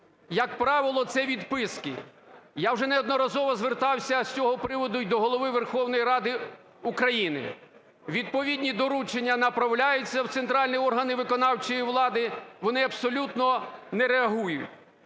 як правило, це відписки. Я вже неодноразово звертався з цього приводу і до Голови Верховної Ради України. Відповідні доручення направляються в центральні органи виконавчої влади, вони абсолютно не реагують.